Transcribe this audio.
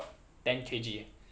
ten K_G